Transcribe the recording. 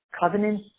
covenant